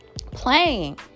playing